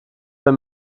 wenn